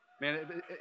Man